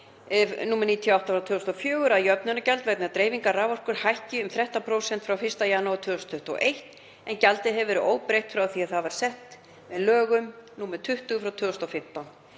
nr. 98/2004, að jöfnunargjald vegna dreifingar raforku hækki um 13% frá 1. janúar 2021 en gjaldið hefur verið óbreytt frá því að það var sett á með lögum nr. 20/2015.